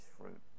fruit